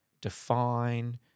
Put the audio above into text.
define